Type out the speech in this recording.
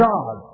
God